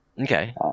Okay